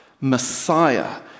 Messiah